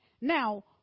now